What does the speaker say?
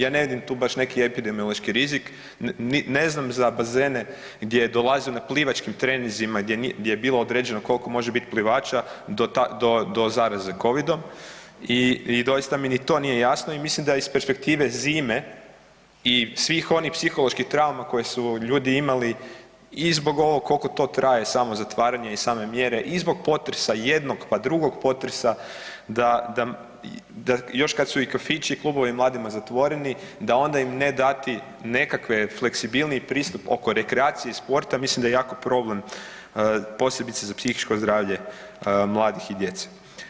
Ja ne vidim tu baš neki epidemiološki rizik, ne znam za bazene gdje je dolazio na plivačkim treninzima gdje je bilo određeno koliko može biti plivača do zaraze Covidom i doista mi ni to nije jasno i mislim da iz perspektive zime i svih onih psiholoških trauma koje su ljudi imali i zbog ovog koliko to traje samo zatvaranje i same mjere i zbog potresa, jednog pa drugog potresa, da još kad su i kafići i klubovi mladima zatvoreni da onda im ne dati nekakve fleksibilniji pristup oko rekreacije i sporta mislim da je jako problem posebice za psihičko zdravlje mladih i djece.